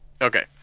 Okay